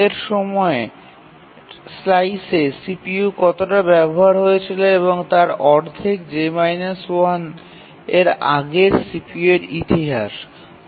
আগের সময়ের স্লাইসে CPU যতটা ব্যবহার করা হয়েছিল তার অর্ধেক j−1 এর আগের CPU তে ব্যবহার করা হয়